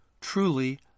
truly